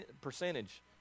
percentage